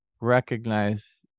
recognize